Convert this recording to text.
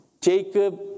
Jacob